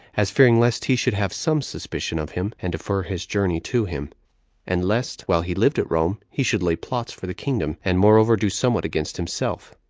as fearing lest he should have some suspicion of him, and defer his journey to him and lest, while he lived at rome, he should lay plots for the kingdom, and, moreover, do somewhat against himself.